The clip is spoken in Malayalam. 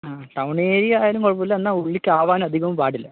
ആ ടൗൺ ഏരിയയായാലും കുഴപ്പുല്ല എന്നാൽ ഉള്ളിലേക്ക് ആവാൻ അധികവും പാടില്ല